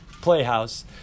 playhouse